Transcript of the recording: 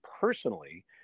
personally